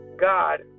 God